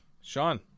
Sean